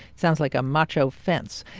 sounds like a macho fence.